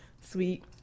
sweet